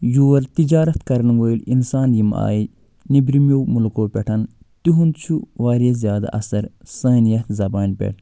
یور تِجارَت کرن وٲلۍ اِنسان یِم آیہِ نٮ۪برِمیو مُلقن پٮ۪ٹھ تِہُند چھُ واریاہ زیادٕ اَثر سٲنۍ یَتھ زَبانۍ پٮ۪ٹھ